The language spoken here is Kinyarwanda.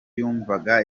yumvaga